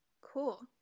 Cool